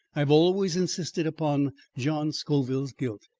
i have always insisted upon john scoville's guilt.